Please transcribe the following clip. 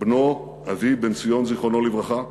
בנו, אבי, בנציון, זיכרונו לברכה,